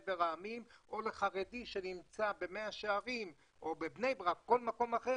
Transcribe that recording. מחבר העמים או חרדי שנמצא במאה שערים או בבני ברק או בכל מקום אחר,